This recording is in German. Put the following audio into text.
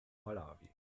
malawi